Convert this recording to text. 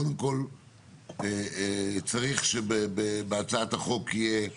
קודם כל צריך שבהצעת החוק יהיה ברור,